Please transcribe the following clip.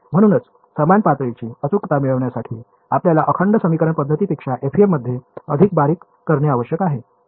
म्हणूनच समान पातळीची अचूकता मिळविण्यासाठी आपल्याला अखंड समीकरण पद्धतीपेक्षा FEM मध्ये अधिक बारीक करणे आवश्यक आहे